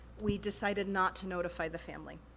we decided not to notify the family,